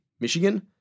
Michigan